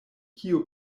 kiu